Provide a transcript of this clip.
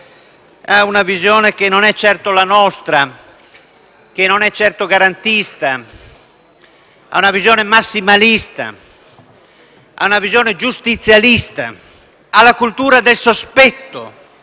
una visione che non è certo la nostra, che non è certo garantista, una visione massimalista, una visione giustizialista, una cultura del sospetto